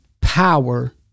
power